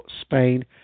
Spain